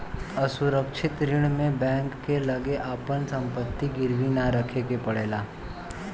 असुरक्षित ऋण में बैंक के लगे आपन संपत्ति गिरवी ना रखे के पड़ेला